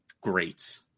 great